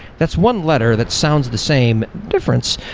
that's one letter that sounds the same difference,